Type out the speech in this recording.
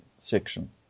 section